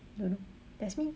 don't know that's me